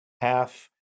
half